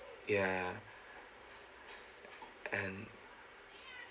ya and